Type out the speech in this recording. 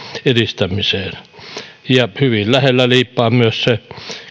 edistämiseen hyvin lähelle liippaa myös se